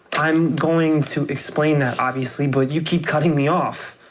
i'm going to explain that, obviously, but you keep cutting me off.